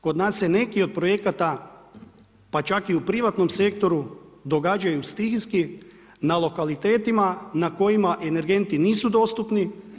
Kod nas se neki od projekata, pa čak i u privatnom sektoru događaju stihijski na lokalitetima na kojima energenti nisu dostupni.